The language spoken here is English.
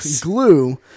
glue